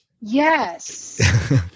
Yes